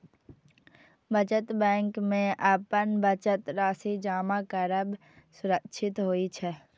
बचत बैंक मे अपन बचत राशि जमा करब सुरक्षित होइ छै